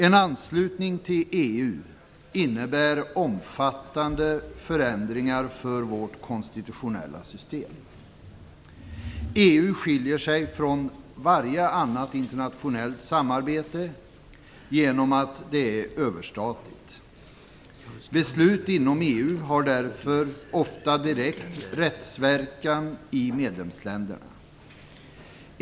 En anslutning till EU innebär omfattande förändringar i vårt konstitutionella system. EU skiljer sig från varje annat internationellt samarbete genom att det är överstatligt. Beslut inom EU har därför ofta direkt rättsverkan i medlemsländerna.